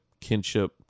kinship